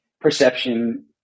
perception